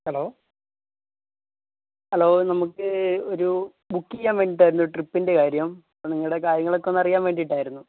hello hello നമുക്ക് ഒരു ബുക്കിയ്യാൻ വേണ്ടിയിട്ടായിരുന്നു ട്രിപ്പിൻ്റെ കാര്യം അപ്പോള് നിങ്ങളുടെ കാര്യങ്ങളൊക്ക ഒന്നറിയാൻ വേണ്ടിയിട്ടായിരുന്നു